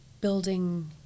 building